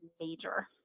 major